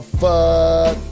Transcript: fuck